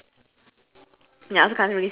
and then